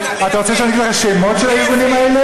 אתה רוצה שאני אגיד את השמות של הארגונים האלה?